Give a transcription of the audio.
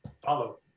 Follow